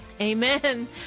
Amen